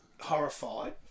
horrified